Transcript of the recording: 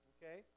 Okay